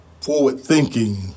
forward-thinking